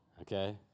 Okay